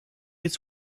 its